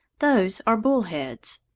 those are bull-heads.